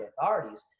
authorities